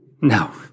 No